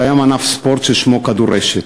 קיים ענף ספורט ששמו כדורשת.